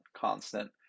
constant